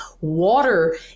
Water